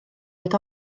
oed